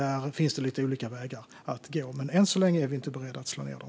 Där finns det lite olika vägar att gå, men än så länge är vi inte beredda att ta bort dem.